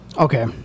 Okay